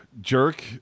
Jerk